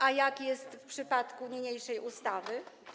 A jak jest w przypadku niniejszej ustawy?